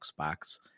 Xbox